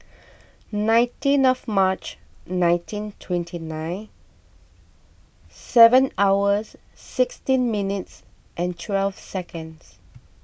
nineteen of March nineteen twenty nine seven hours sixteen minutes and twelve seconds